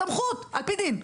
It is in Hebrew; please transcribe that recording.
סמכות על פי דין,